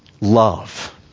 love